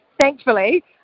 Thankfully